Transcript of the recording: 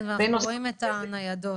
אנחנו רואים גם את הניידות.